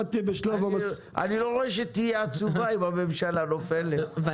היום באירופה, נכון